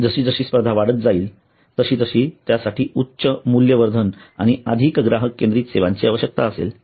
जसजशी स्पर्धा वाढत जाईल तसतशी त्यासाठी उच्च मूल्यवर्धन आणि अधिक ग्राहक केंद्रित सेवांची आवश्यकता असेल